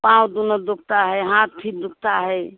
पाँव दूनों दुखते हैं हाथ भी दुखते हैं